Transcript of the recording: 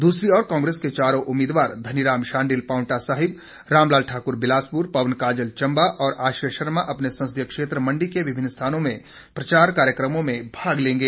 दूसरी ओर कांग्रेस के चारों उम्मीदवार धनीराम शांडिल पांवटा साहिब रामलाल ठाकुर बिलासपुर पवन काजल चंबा और आश्रय शर्मा अपने संसदीय क्षेत्र मंडी के विभिन्न स्थानों में चुनाव प्रचार कार्यक्रमों में भाग लेंगे